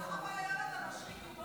תודה רבה ליונתן מישרקי.